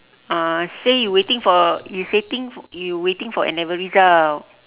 uh say you waiting for you setting you waiting for N-level result